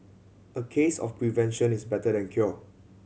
a case of prevention is better than cure